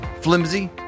flimsy